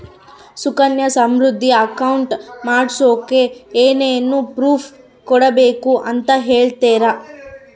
Sukanya Samriddhi account ಮಾಡಿಸೋಕೆ ಏನೇನು proof ಕೊಡಬೇಕು ಅಂತ ಹೇಳ್ತೇರಾ?